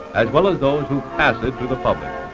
as well as those who pass it to the public.